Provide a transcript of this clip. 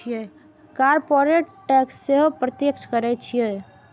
corporate tax सेहो प्रत्यक्ष कर छियै